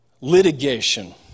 litigation